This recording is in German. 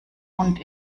und